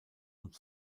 und